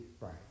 Right